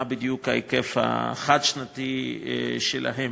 מה בדיוק ההיקף החד-שנתי שלהן.